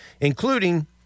including